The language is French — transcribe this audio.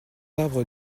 arbres